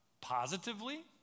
positively